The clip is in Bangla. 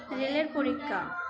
রেলের পরীক্ষা